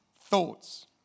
thoughts